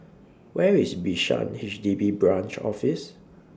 Where IS Bishan H D B Branch Office